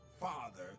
father